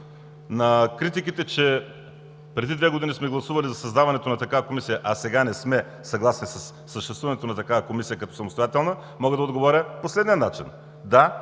На критиките, че преди две години сме гласували за създаването на такава комисия, а сега не сме съгласни със съществуването на такава комисия като самостоятелна, мога да отговоря по следния начин: